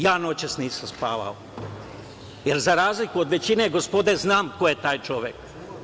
Ja noćas nisam spavao, jer, za razliku od većine gospode, znam koje taj čovek.